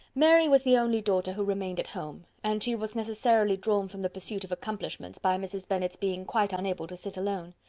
mary was the only daughter who remained at home and she was necessarily drawn from the pursuit of accomplishments by mrs. bennet's being quite unable to sit alone.